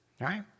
Right